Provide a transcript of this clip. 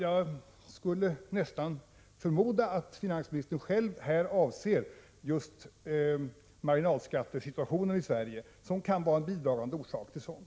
Jag skulle förmoda att finansministern här avser just marginalskattesituationen i Sverige, som kan vara en bidragande orsak till en sådan.